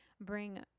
bring